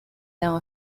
down